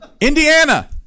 Indiana